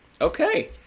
Okay